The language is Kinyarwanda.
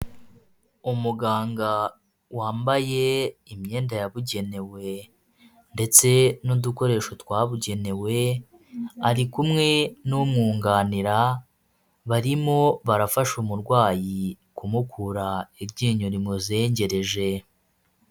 Umuganga wambaye imyenda yabugenewe ndetse n udukoresho twabugenewe, ari kumwe n'umwunganira barimo barafasha umurwayi kumukura iryinyoni mu zengerereje.